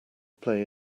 play